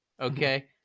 Okay